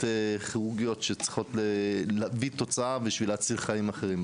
כירורגיות שצריכות להביא תוצאה בשביל להציל חיים אחירם.